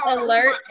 alert